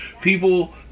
people